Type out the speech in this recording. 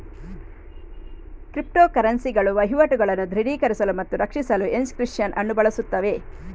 crypto ಕರೆನ್ಸಿಗಳು ವಹಿವಾಟುಗಳನ್ನು ದೃಢೀಕರಿಸಲು ಮತ್ತು ರಕ್ಷಿಸಲು ಎನ್ಕ್ರಿಪ್ಶನ್ ಅನ್ನು ಬಳಸುತ್ತವೆ